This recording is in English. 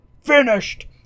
finished